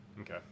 Okay